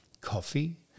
coffee